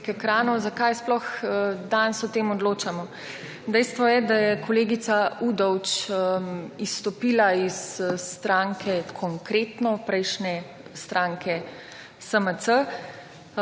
preko ekranov, zakaj sploh danes o tem odločamo. Dejstvo je, da je kolegica Udovč izstopila iz stranke Konkretno, prejšnje stranke SMC,